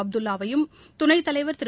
அப்துல்லாவையும் துணைத்தலைவர் திரு